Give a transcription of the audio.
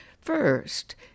First